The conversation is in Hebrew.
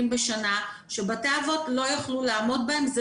בשנה שבתי האבות לא יוכלו לעמוד בהם.